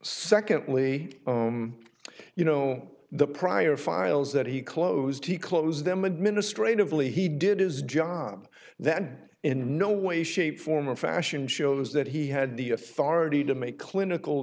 secondly you know the prior files that he closed he closed them administratively he did his job then in no way shape form or fashion shows that he had the authority to make clinical